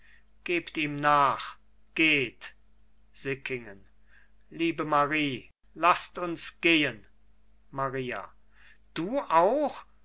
gebt ihm nach geht sickingen liebe marie laßt uns gehen maria du auch